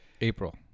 April